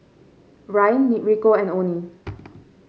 Ryne Rico and Onnie